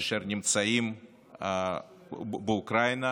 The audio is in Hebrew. אשר נמצאים באוקראינה